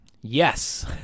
Yes